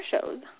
shows